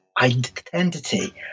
identity